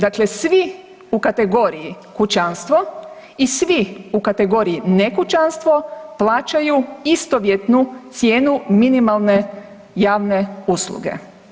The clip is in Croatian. Dakle, svi u kategoriju kućanstvo i svi u kategoriji nekućanstvo plaćaju istovjetnu cijenu minimalne javne usluge.